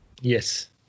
Yes